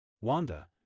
Wanda